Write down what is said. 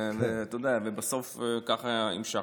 אתה יודע, וככה המשכנו.